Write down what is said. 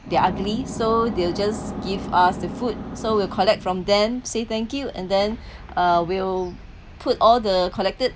they're ugly so they'll just give us the food so will collect from them say thank you and then uh will put all the collected